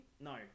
No